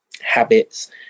habits